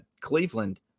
Cleveland